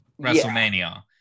WrestleMania